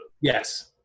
Yes